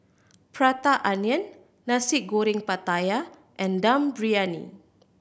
Prata Onion Nasi Goreng Pattaya and Dum Briyani